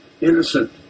innocent